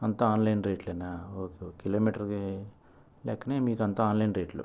అంత ఆన్లైన్ రేట్లైనా ఒకే ఒకే కిలోమీటర్కి లెక్కనే మీకు ఆన్లైన్ రేట్లు